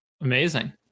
Amazing